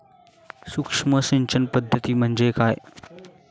सूक्ष्म सिंचन पद्धती म्हणजे काय?